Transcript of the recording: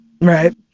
Right